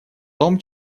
том